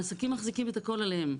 העסקים מחזיקים את הכל עליהם.